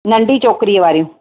नंढी चॉकरीअ वारियूं